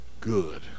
good